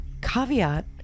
caveat